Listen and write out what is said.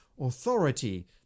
authority